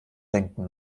denken